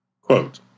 Quote